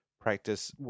practice